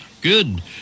Good